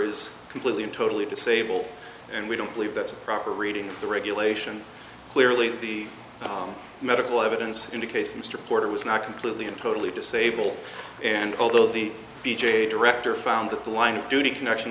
is completely and totally disabled and we don't believe that's a proper reading the regulation clearly the medical evidence indicates mr porter was not completely and totally disabled and although the b j director found that the line of duty connection